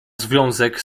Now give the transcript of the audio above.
związek